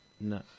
no